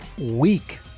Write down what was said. week